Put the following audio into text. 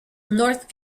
north